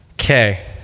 Okay